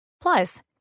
Plus